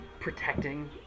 protecting